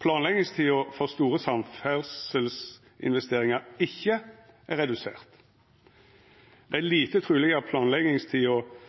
Planleggingstida for store samferdselsinvesteringar er ikkje redusert. Det er lite truleg at planleggingstida for store samferdselsprosjekt vil verta vesentleg redusert